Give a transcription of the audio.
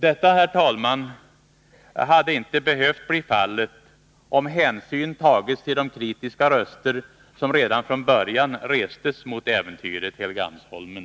Detta hade, herr talman, inte behövt bli fallet om hänsyn tagits till de kritiska röster som redan från början höjdes mot äventyret Helgeandsholmen.